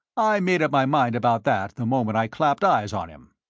i made up my mind about that the moment i clapped eyes on him.